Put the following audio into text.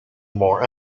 more